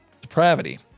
depravity